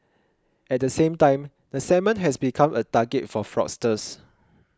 at the same time the segment has become a target for fraudsters